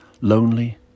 lonely